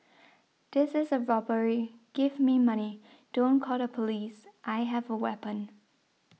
this is a robbery give me money don't call the police I have a weapon